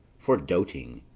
for doting,